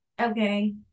Okay